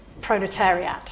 proletariat